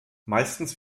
meistens